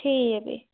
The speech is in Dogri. ठीक ऐ फ्ही